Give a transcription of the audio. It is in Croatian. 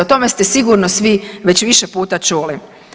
O tome ste sigurno svi već više puta čuli.